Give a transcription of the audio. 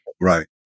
Right